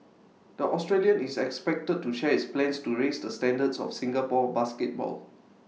the Australian is expected to share his plans to raise the standards of Singapore basketball